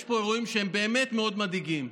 יש פה אירועים שהם באמת מאוד מדאיגים.